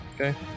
Okay